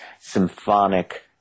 symphonic